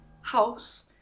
house